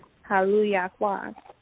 Hallelujah